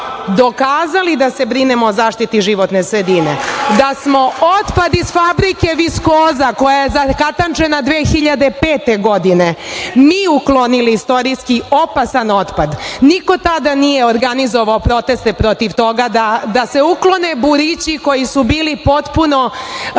dokazali da se brinemo o zaštiti životne sredine, da smo otpad iz fabrike viskoza koja je zakatančena 2005. godine mi uklonili istorijski opasan otpad. Niko tada nije organizovao proteste protiv toga da se uklone burići koji su bili potpuno